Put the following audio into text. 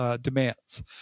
demands